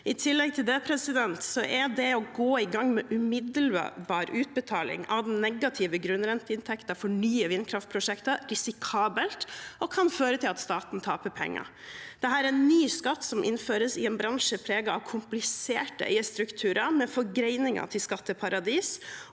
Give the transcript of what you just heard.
I tillegg til det er det å gå i gang med umiddelbar utbetaling av den negative grunnrenteinntekten for nye vindkraftprosjekter risikabelt og kan føre til at staten taper penger. Dette er en ny skatt som innføres i en bransje preget av kompliserte eierstrukturer med forgreninger til skatteparadis,